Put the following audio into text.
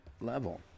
level